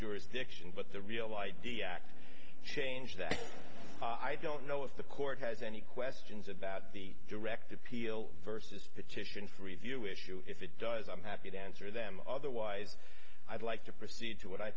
jurisdiction but the real idea change that i don't know if the court has any questions about the direct appeal versus petition for review issue if it does i'm happy to answer them otherwise i'd like to proceed to what i